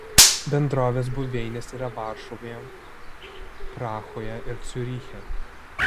bendrovės buveinės yra varšuvoje prahoje ir ciuriche